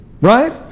Right